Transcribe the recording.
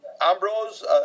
Ambrose